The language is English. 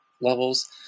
levels